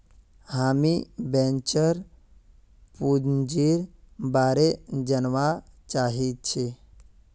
हामीं वेंचर पूंजीर बारे जनवा चाहछी